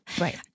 Right